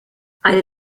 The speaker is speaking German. eine